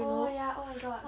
oh ya oh my god